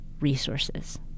resources